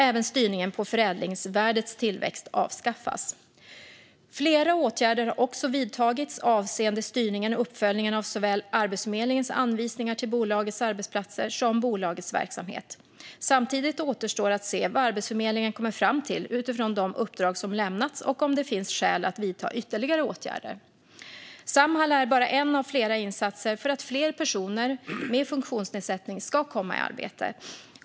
Även styrningen på förädlingsvärdets tillväxt avskaffas. Flera åtgärder har också vidtagits avseende styrningen och uppföljningen av såväl Arbetsförmedlingens anvisningar till bolagets arbetsplatser som bolagets verksamhet. Samtidigt återstår att se vad Arbetsförmedlingen kommer fram till utifrån de uppdrag som lämnats och om det finns skäl att vidta ytterligare åtgärder. Samhall är bara en av flera insatser för att fler personer med funktionsnedsättning ska komma i arbete.